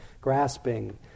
grasping